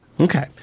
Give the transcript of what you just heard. okay